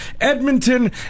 Edmonton